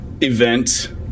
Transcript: event